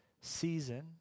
season